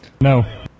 No